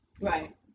Right